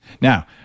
Now